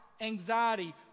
anxiety